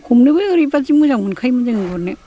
हमनोबो ओरैबायदि मोजां मोनखायोमोन जोङो गुरनो